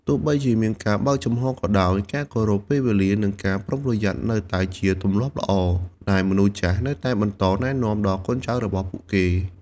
ទោះបីជាមានការបើកចំហក៏ដោយ ការគោរពពេលវេលា និងការប្រុងប្រយ័ត្ននៅតែជាទម្លាប់ល្អដែលមនុស្សចាស់នៅតែបន្តណែនាំដល់កូនចៅរបស់ពួកគេ។